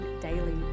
daily